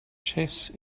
chess